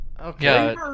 Okay